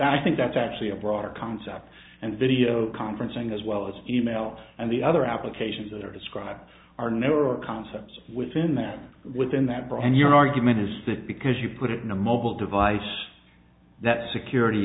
i think that's actually a broader concept and video conferencing as well as email and the other applications that are described are new or concepts within that within that brand your argument is that because you put it in a mobile device that security